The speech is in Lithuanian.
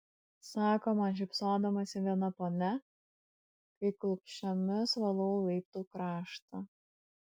sako man šypsodamasi viena ponia kai klupsčiomis valau laiptų kraštą